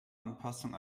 anpassung